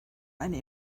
eine